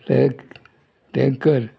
टें tanker